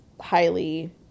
highly